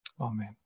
Amen